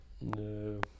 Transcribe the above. No